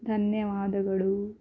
ಧನ್ಯವಾದಗಳು